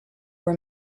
were